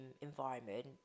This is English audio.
environment